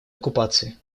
оккупацией